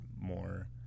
more